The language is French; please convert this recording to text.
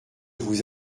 vous